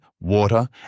water